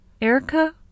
Erica